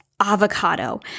avocado